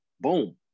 Boom